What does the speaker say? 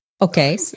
Okay